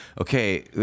okay